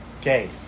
Okay